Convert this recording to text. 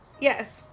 Yes